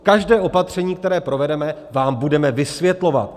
Každé opatření, které provedeme, vám budeme vysvětlovat.